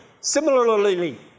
similarly